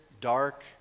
dark